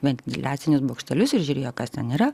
ventiliacinius bokštelius ir žiūrėjo kas ten yra